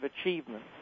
achievement